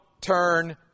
turn